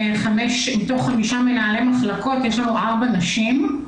מתוך חמישה מנהלי מחלקות יש לנו 4 נשים.